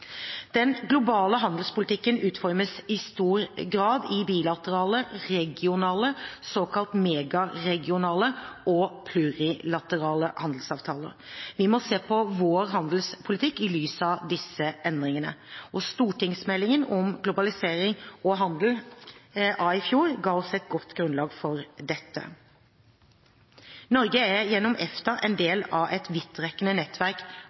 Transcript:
stor grad i bilaterale, regionale, såkalt megaregionale og plurilaterale handelsavtaler. Vi må se på vår handelspolitikk i lys av disse endringene. Stortingsmeldingen om globalisering og handel av i fjor ga oss et godt grunnlag for dette. Norge er gjennom EFTA en del av et vidtrekkende nettverk